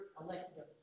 elected